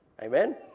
Amen